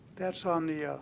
that's on the oh,